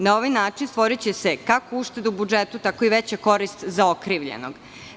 Na ovaj način će se stvoriti kako ušteda u budžetu, tako i veća korist za okrivljenog.